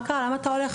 למה אתה הולך?